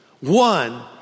One